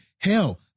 hell